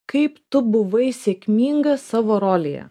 kaip tu buvai sėkminga savo rolėje